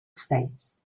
states